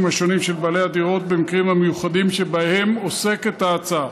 השונים של בעלי הדירות במקרים המיוחדים שבהם עוסקת ההצעה.